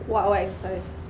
what what exercise